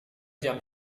jam